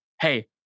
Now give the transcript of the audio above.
hey